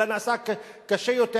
אלא נעשה קשה יותר,